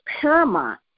paramount